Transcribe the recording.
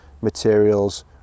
materials